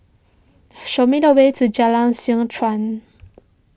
show me the way to Jalan Seh Chuan